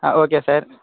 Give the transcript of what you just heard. ah okay sir